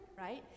right